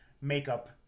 makeup